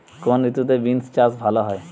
কোন ঋতুতে বিন্স চাষ ভালো হয়?